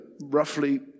roughly